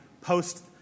post